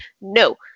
No